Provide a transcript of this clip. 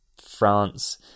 France